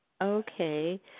Okay